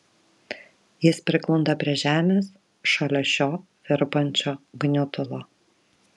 jis priglunda prie žemės šalia šio virpančio gniutulo